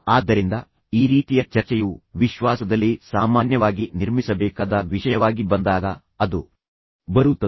ಆದ್ದರಿಂದ ಈ ರೀತಿಯ ಚರ್ಚೆಯು ವಿಶ್ವಾಸದಲ್ಲಿ ಸಾಮಾನ್ಯವಾಗಿ ನಿರ್ಮಿಸಬೇಕಾದ ವಿಷಯವಾಗಿ ಬಂದಾಗ ಅದು ಬರುತ್ತದೆ